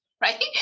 right